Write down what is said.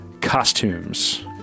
costumes